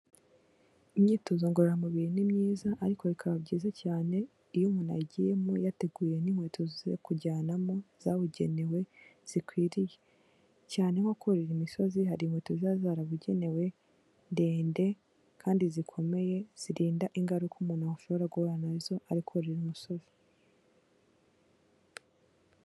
Imyitozo ngororamubiri ni myiza, ariko bikaba byiza cyane iyo umuntu ayigiyemo yateguye n'inkweto zo kujyanamo zabugenewe zikwiriye; cyane nko kurira imisozi hari inkweto ziba zarabugenewe, ndende kandi zikomeye zirinda ingaruka umuntu ashobora guhura na zo ari kurira umusozi.